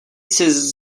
sis